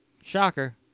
Shocker